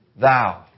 thou